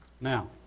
Now